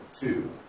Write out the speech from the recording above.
two